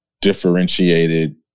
differentiated